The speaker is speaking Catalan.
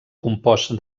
compost